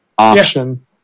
option